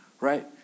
right